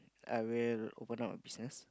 I will open up a business